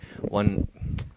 one –